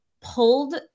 pulled